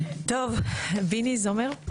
טוב, ביני זומר,